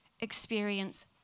experience